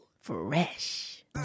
Fresh